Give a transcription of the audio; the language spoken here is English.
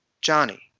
Johnny